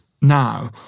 Now